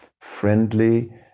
friendly